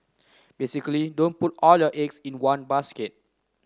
basically don't put all your eggs in one basket